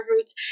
roots